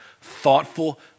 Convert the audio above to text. thoughtful